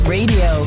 Radio